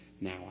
now